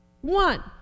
one